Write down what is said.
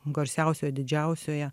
garsiausioje didžiausioje